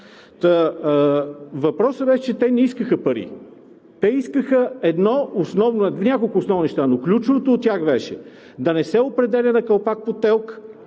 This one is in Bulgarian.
въпросът беше, че те не искаха пари, те искаха няколко основни неща, но ключовото от тях беше да не се определя на калпак по ТЕЛК,